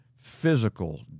physical